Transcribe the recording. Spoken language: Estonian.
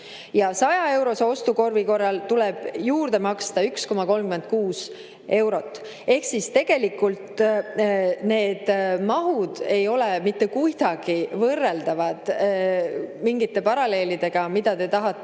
ja 100‑eurose ostukorvi korral tuleb juurde maksta [1,66] eurot. Ehk siis tegelikult need mahud ei ole mitte kuidagi võrreldavad mingite paralleelidega, mida te tahate